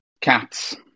CATs